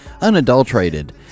unadulterated